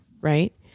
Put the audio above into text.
right